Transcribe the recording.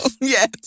Yes